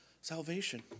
Salvation